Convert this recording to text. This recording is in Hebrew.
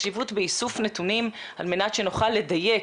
החשיבות באיסוף נתונים על מנת שנוכל לדייק